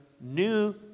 new